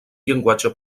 llenguatge